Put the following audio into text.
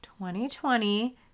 2020